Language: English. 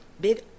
big